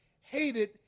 hated